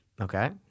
Okay